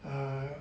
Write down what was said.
uh